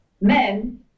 men